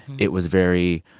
it was very,